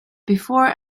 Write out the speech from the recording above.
before